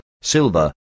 silver